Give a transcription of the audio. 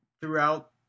throughout